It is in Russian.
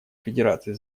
федерации